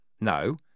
No